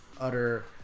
utter